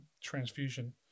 transfusion